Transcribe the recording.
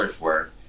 worth